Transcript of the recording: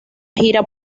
gira